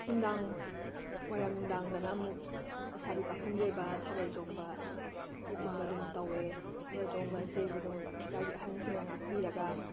ꯅꯨꯡꯗꯥꯡ ꯋꯥꯏꯔꯥꯝ ꯅꯨꯡꯗꯥꯡꯗꯅ ꯑꯃꯨꯛ ꯂꯩꯁꯥꯕꯤ ꯄꯥꯈꯪꯒꯤ ꯑꯣꯏꯕ ꯊꯥꯕꯜ ꯆꯣꯡꯕꯅ ꯆꯤꯡꯕ ꯑꯗꯨꯝ ꯇꯧꯏ ꯊꯥꯕꯜ ꯆꯣꯡꯕꯁꯤꯗꯩꯁꯤꯗ ꯑꯗꯨꯝ ꯂꯩꯀꯥꯏꯒꯤ ꯑꯍꯜꯁꯤꯡꯅ ꯉꯥꯛꯄꯤꯔꯒ